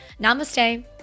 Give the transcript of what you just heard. namaste